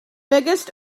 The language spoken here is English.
biggest